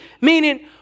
meaning